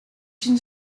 une